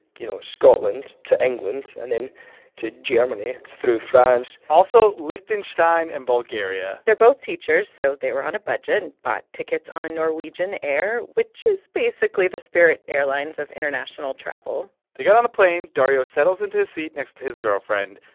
you know, scotland to england, and then to germany through france also liechtenstein and bulgaria they're both teachers, so they were on a budget and bought tickets on norwegian air, which is basically the spirit airlines of international travel they get on the plane. dario settles into his seat next to his girlfriend,